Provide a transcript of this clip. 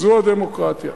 זו הדמוקרטיה.